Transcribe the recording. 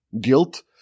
guilt